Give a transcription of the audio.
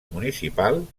municipal